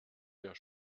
der